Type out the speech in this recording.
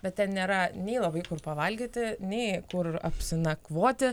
bet ten nėra nei labai kur pavalgyti nei kur apsinakvoti